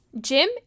Jim